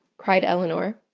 cried elinor.